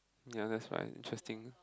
ya that's fine interesting